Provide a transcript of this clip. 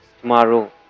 tomorrow